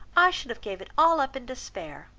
i should have gave it all up in despair.